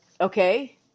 okay